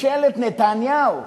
ממשלת נתניהו,